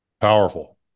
Powerful